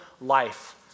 life